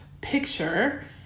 picture